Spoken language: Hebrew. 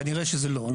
כנראה שזה לא.